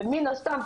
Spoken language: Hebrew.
ומן הסתם,